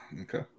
Okay